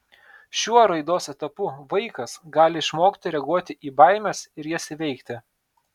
šiuo raidos etapu vaikas gali išmokti reaguoti į baimes ir jas įveikti